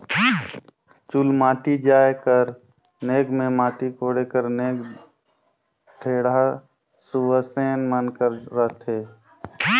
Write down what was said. चुलमाटी जाए कर नेग मे माटी कोड़े कर नेग ढेढ़ा सुवासेन मन कर रहथे